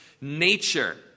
nature